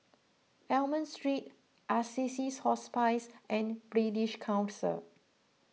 Almond Street Assisies Hospice and British Council